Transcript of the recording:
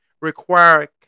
require